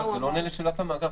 זה לא עונה לשאלת המאגר.